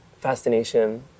fascination